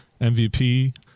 MVP